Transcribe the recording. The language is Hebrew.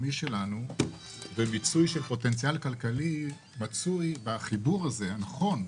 מיצוי של פוטנציאל כלכלי מצוי בחיבור הנכון,